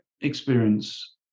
experience